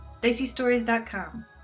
diceystories.com